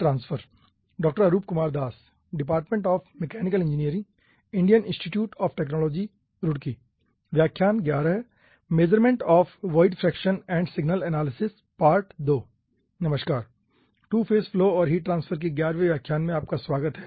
to phase flow और heat transfer के ग्यारहवें व्याख्यान में आपका स्वागत है